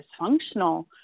dysfunctional